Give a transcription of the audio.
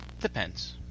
Depends